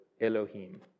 Elohim